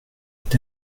est